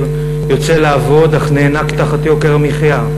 יוצא לעבוד אך נאנק תחת יוקר המחיה,